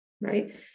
right